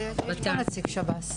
יש כאן נציג שב"ס.